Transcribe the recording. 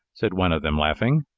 said one of them, laughing.